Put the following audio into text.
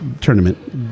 tournament